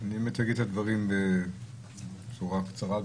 אני אגיד את הדברים בצורה קצרה,